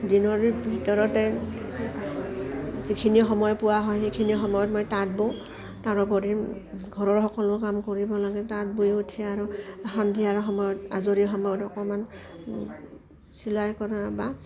দিনৰ ভিতৰতে যিখিনি সময় পোৱা হয় সেইখিনি সময়ত মই তাঁত বওঁ তাৰোপৰি ঘৰৰ সকলো কাম কৰিব লাগে তাঁত বৈ উঠি আৰু সন্ধিয়াৰ সময়ত আজৰি সময়ত অকণমান চিলাই কৰা বা